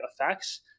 effects